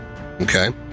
Okay